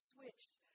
switched